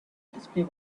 display